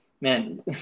man